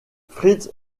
fritz